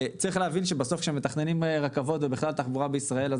צריך להבין שבסוף כשמתכננים רכבות ובכלל תחבורה בישראל אז